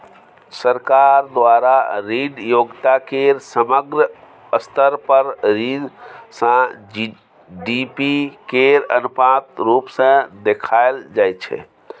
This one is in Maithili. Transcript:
सरकार द्वारा ऋण योग्यता केर समग्र स्तर पर ऋण सँ जी.डी.पी केर अनुपात रुप सँ देखाएल जाइ छै